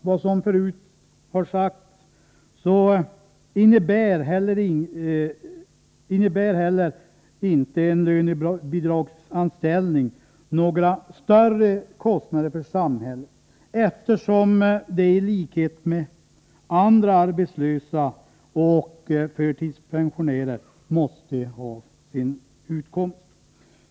Lönebidragsanställning innebär inte heller, som nämnts här tidigare, några större kostnader för samhället, eftersom dessa människor i likhet med andra arbetslösa och förtidspensionärer måste ha sin utkomst.